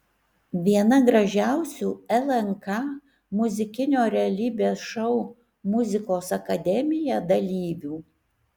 viena gražiausių lnk muzikinio realybės šou muzikos akademija dalyvių